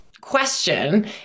question